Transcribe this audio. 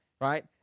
right